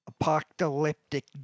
Apocalyptic